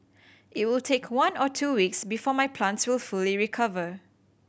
it will take one or two weeks before my plants will fully recover